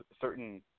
certain